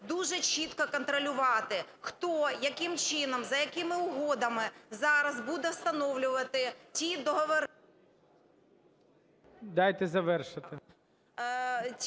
дуже чітко контролювати, хто, яким чином, за якими угодами зараз буде встановлювати ті договори… ГОЛОВУЮЧИЙ. Дайте завершити.